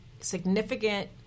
significant